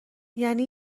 یعنی